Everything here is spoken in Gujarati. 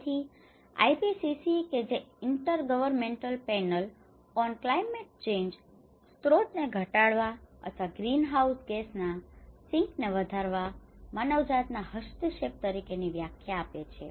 તેથી આઇપીસીસી કે જે intergovernmental panel on climate change સ્ત્રોતો ને ઘટાડવા અથવા ગ્રીનહાઉસ ગેસ ના સિંક ને વધારવા માનવજાત ના હસ્તક્ષેપ તરીકે ની વ્યાખ્યા આપે છે